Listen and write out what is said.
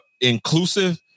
inclusive